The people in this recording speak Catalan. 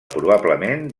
probablement